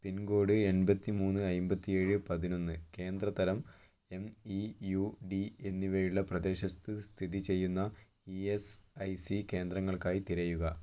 പിൻ code എൺപത്തി മൂന്ന് അമ്പത്തി ഏഴ് പതിനൊന്ന് കേന്ദ്ര തരം എം ഇ യു ഡി എന്നിവയുള്ള പ്രദേശത്ത് സ്ഥിതിചെയ്യുന്ന ഇ എസ് ഐ സി കേന്ദ്രങ്ങൾക്കായി തിരയുക